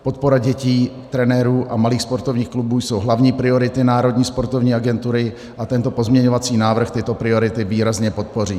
Podpora dětí, trenérů a malých sportovních klubů jsou hlavní priority Národní sportovní agentury a tento pozměňovací návrh tyto priority výrazně podpoří.